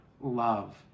love